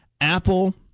Apple